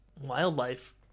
wildlife